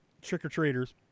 trick-or-treaters